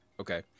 Okay